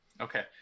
Okay